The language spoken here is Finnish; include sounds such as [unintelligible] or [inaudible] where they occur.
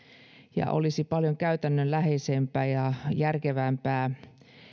ja olisi paljon käytännönläheisempää ja [unintelligible] [unintelligible] [unintelligible] [unintelligible] järkevämpää